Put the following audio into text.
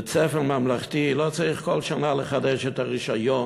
בית-ספר ממלכתי לא צריך כל שנה לחדש את הרישיון